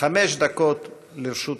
ראשון הדוברים הוא חבר הכנסת